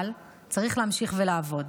אבל צריך להמשיך ולעבוד.